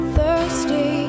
Thirsty